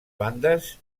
bandes